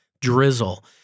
drizzle